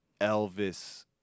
Elvis